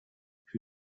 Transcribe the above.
who